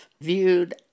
viewed